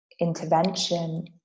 intervention